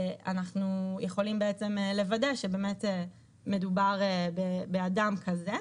אנחנו יכולים לוודא שבאמת מדובר באדם כזה.